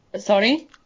Sorry